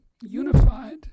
unified